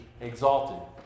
exalted